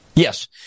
Yes